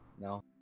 No